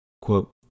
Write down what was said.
Quote